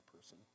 person